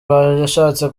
yashatse